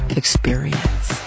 experience